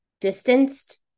distanced